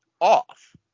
off